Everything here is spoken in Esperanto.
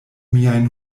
miajn